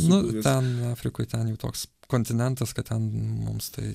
nu ten afrikoj ten jau toks kontinentas kad ten mums tai